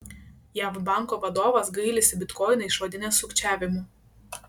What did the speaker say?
jav banko vadovas gailisi bitkoiną išvadinęs sukčiavimu